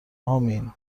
امین